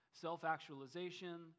Self-actualization